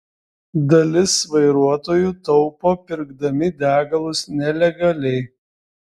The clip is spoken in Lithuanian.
dalis vairuotojų taupo pirkdami degalus nelegaliai